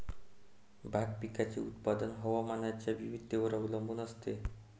भाग पिकाचे उत्पादन हवामानाच्या विविधतेवर अवलंबून असते